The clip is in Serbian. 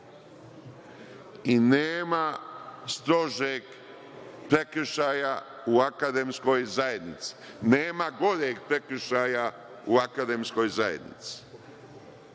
i nema strožeg prekršaja u akademskoj zajednici, nema goreg prekršaja u akademskoj zajednici.